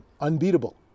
unbeatable